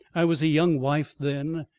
i was a young wife then,